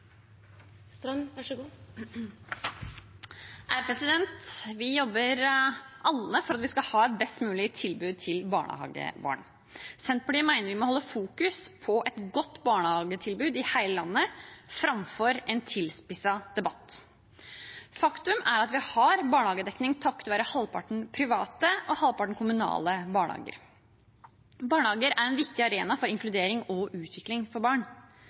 Vi jobber alle for at vi skal ha et best mulig tilbud til barnehagebarn. Senterpartiet mener vi må holde fokus på et godt barnehagetilbud i hele landet, framfor en tilspisset debatt. Faktum er at vi har barnehagedekning takket være halvparten private og halvparten kommunale barnehager. Barnehager er en viktig arena for inkludering og utvikling for barn.